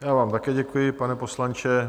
Já vám také děkuji, pane poslanče.